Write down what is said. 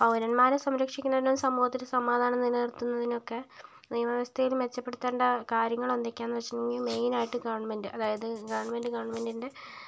പൗരന്മാരെ സംരക്ഷിക്കുന്നതിനും സമൂഹത്തിൽ സമാധാനം നിലനിർത്തുന്നതിനും ഒക്കെ നിയമ വ്യവസ്ഥയിൽ മെച്ചപ്പെടുത്തേണ്ട കാര്യങ്ങൾ എന്തൊക്കെയാണ് എന്ന് വെച്ചിട്ടുണ്ടെങ്കിൽ മെയിനായിട്ട് ഗവൺമെൻറ് അതായത് ഗവൺമെൻറ് ഗവൺമെന്റിൻ്റെ